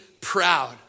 proud